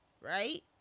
right